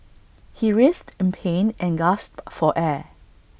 he writhed in pain and gasped for air